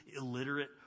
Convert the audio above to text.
illiterate